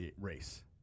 race